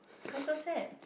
why so sad